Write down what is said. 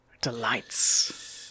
Delights